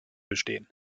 bestehen